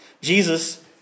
Jesus